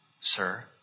sir